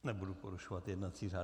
Nebudu porušovat jednací řád.